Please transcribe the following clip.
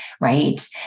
right